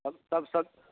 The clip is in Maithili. तब सभ सभ